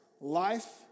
Life